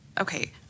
okay